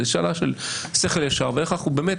זאת שאלה של שכל ישר ואיך אנחנו באמת,